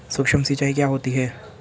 सुक्ष्म सिंचाई क्या होती है?